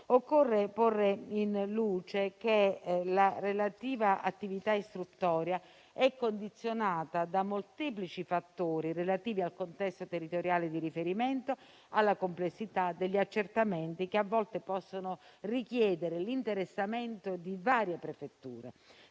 occorre porre in luce che la relativa attività istruttoria è condizionata da molteplici fattori, relativi al contesto territoriale di riferimento e alla complessità degli accertamenti che a volte possono richiedere l'interessamento di varie prefetture.